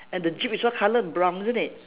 and the jeep is what colour brown isn't it